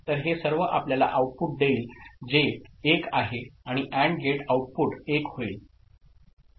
तर हे सर्व आपल्याला आऊटपुट देईल जे 1 आहे आणि AND गेट आउटपुट 1 होईल